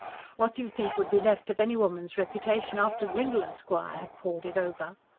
what do you think would be left of any woman's reputation after grindle esquire had pawed it over?